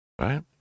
right